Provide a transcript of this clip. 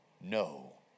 no